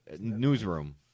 Newsroom